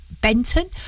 Benton